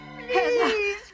Please